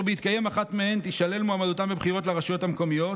בהתקיים אחת מהן תישלל מועמדותם בבחירות לרשויות המקומיות: